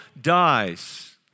dies